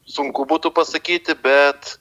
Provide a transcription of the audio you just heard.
sunku būtų pasakyti bet